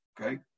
Okay